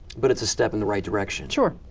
but its a step in the right direction. sure.